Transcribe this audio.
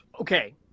Okay